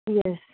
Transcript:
yes